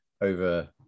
over